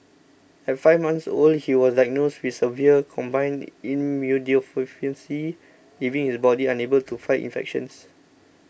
at five months old he was diagnosed with severe combined immunodeficiency leaving his body unable to fight infections